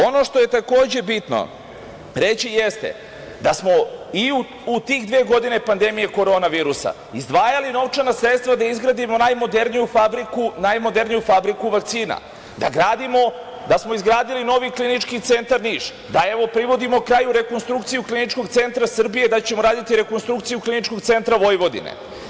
Ono što je takođe bitno reći jeste da smo i u tih dve godine pandemije korona virusa izdvajali novčana sredstva da izgradimo najmoderniju fabriku vakcina, da smo izgradili novi Klinički centar Niš, da, evo, privodimo kraju rekonstrukciju KC Srbije, da ćemo raditi rekonstrukciju KC Vojvodine.